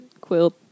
quilt